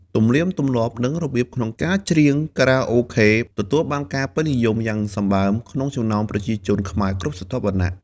ទំនៀមទំលាប់និងរបៀបក្នុងការច្រៀងខារ៉ាអូខេ ទទួលបានការពេញនិយមយ៉ាងសម្បើមក្នុងចំណោមប្រជាជនខ្មែរគ្រប់ស្រទាប់វណ្ណៈ។